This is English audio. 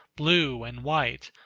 blue and white,